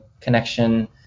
connection